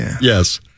Yes